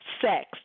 Sex